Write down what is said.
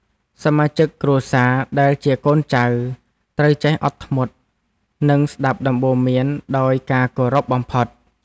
សមាជិកគ្រួសារដែលជាកូនចៅត្រូវចេះអត់ធ្មត់ និងស្តាប់ដំបូន្មានដោយការគោរពបំផុត។